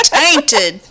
tainted